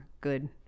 good